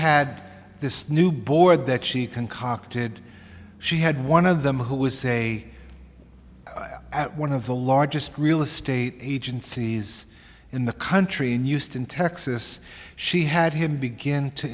had this new board that she concocted she had one of them who was say at one of the largest real estate agencies in the country and used in texas she had him begin to